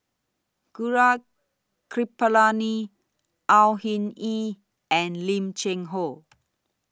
Gaurav Kripalani Au Hing Yee and Lim Cheng Hoe